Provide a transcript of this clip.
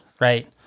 right